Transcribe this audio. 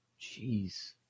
Jeez